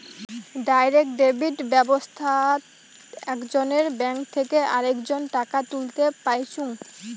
direct debit ব্যাবস্থাত একজনের bank থেকে আরেকজন টাকা তুলতে পাইচুঙ